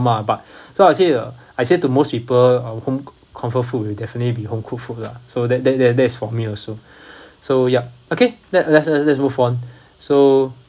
mah but so I say uh I say to most people our own c~ comfort food will definitely be home cook food lah so that that that that is for me also so ya okay let's let's let's let's move on so